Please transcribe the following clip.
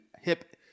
hip